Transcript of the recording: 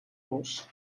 los